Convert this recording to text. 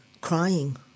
crying